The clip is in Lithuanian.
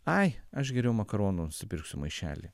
ai aš geriau makaronų nusipirksiu maišely